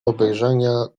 obejrzenia